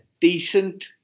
decent